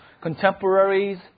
contemporaries